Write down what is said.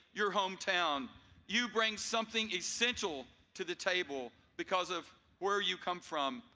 your hometown you bring something essential to the table because of where you come from.